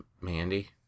Mandy